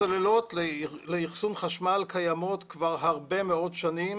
הסוללות לאחסון חשמל קיימות כבר הרבה מאוד שנים